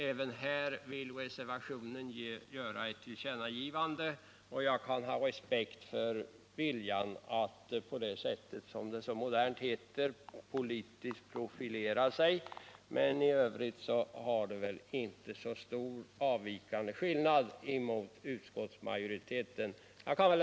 Även här vill reservanterna göra ett tillkännagivande, och jag kan ha respekt för viljan att på det sättet, som det så modernt heter, politiskt profilera sig. Men i övrigt är det väl inte så stor avvikelse från utskottsmajoriteten.